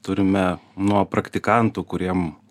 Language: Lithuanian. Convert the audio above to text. turime nuo praktikantų kuriem